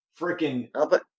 freaking –